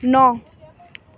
ন